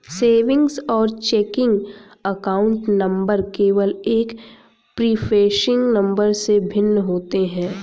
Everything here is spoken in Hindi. सेविंग्स और चेकिंग अकाउंट नंबर केवल एक प्रीफेसिंग नंबर से भिन्न होते हैं